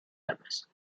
armas